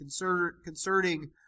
concerning